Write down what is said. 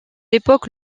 époque